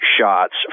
shots